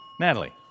Natalie